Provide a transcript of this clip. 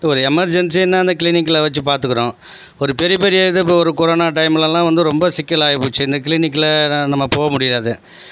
ஒரு எமெர்ஜென்சின்னா அந்த கிளினிக்கில் வச்சு பார்த்துக்குறோம் ஒரு பெரிய பெரிய இது இப்போ ஒரு கொரோனா டைமுலலாம் வந்து ரொம்ப சிக்கலாகிப்போச்சி இந்த கிளினிக்கில் நம்ம போக முடியாது